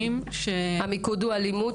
המיקוד הוא אלימות?